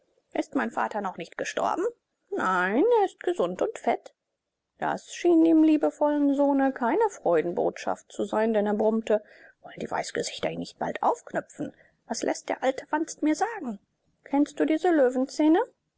ist mein vater noch nicht gestorben nein er ist gesund und fett das schien dem liebevollen sohne keine freudenbotschaft zu sein denn er brummte wollen die weißgesichter ihn nicht bald aufknüpfen was läßt der alte wanst mir sagen kennst du diese